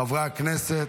חברי הכנסת,